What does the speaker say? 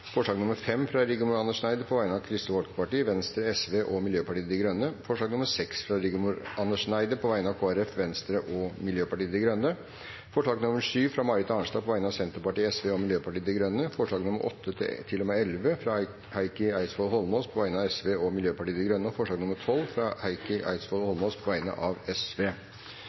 forslag nr. 5, fra Rigmor Andersen Eide på vegne av Kristelig Folkeparti, Venstre, Sosialistisk Venstreparti og Miljøpartiet De Grønne forslag nr. 6, fra Rigmor Andersen Eide på vegne av Kristelig Folkeparti, Venstre og Miljøpartiet De Grønne forslag nr. 7, fra Marit Arnstad på vegne av Senterpartiet, Sosialistisk Venstreparti og Miljøpartiet De Grønne forslagene nr. 8–11, fra Heikki Eidsvoll Holmås på vegne av